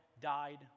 died